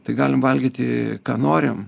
tai galim valgyti ką norim